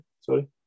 Sorry